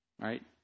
right